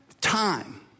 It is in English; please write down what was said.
time